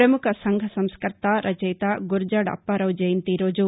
ప్రముఖ సంఘసంస్కర్త రచయిత గురజాద అప్పారావు జయంతి ఈరోజు